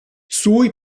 sui